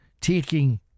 taking